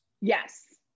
yes